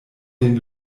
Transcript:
den